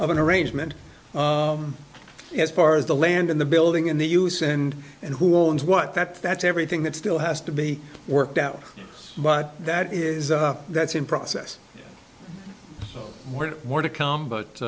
of an arrangement as far as the land in the building in the us and and who owns what that that's everything that still has to be worked out but that is that's in process where more to come but